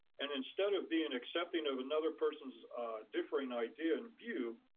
and instead of being accepting of another person's differing idea and view,